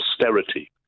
austerity